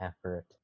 effort